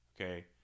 okay